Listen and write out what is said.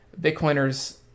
Bitcoiners